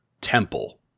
Temple